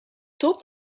top